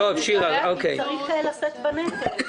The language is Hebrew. מסתבר שצריך לשאת בנטל.